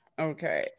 Okay